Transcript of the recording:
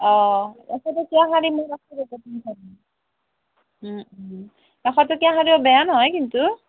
অঁ এশ টকীয়া শাৰী এশ টকীয়া শাৰীও বেয়া নহয় কিন্তু